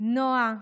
נועה,